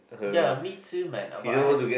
ya me too man uh but I had